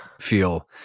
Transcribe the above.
feel